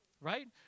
Right